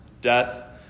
death